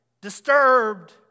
disturbed